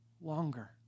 longer